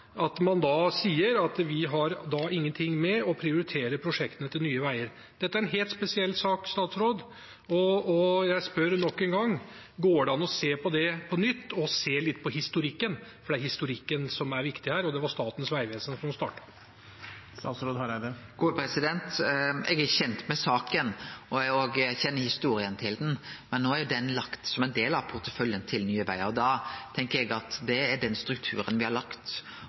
at man sier at de har ingenting med å prioritere prosjektene til Nye Veier. Dette er en helt spesiell sak, og jeg spør nok en gang: Går det an å se på det på nytt og se litt på historikken? Det er historikken som er viktig her, og det var Statens vegvesen som startet. Eg er kjend med saka, og eg kjenner også historia. No er dette lagt inn som ein del av porteføljen til Nye Vegar, da tenkjer eg at det er den strukturen dei har lagt,